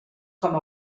com